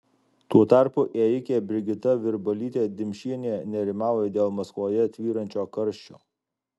tuo tarpu ėjikė brigita virbalytė dimšienė nerimauja dėl maskvoje tvyrančio karščio